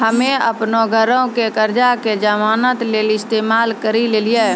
हम्मे अपनो घरो के कर्जा के जमानत लेली इस्तेमाल करि लेलियै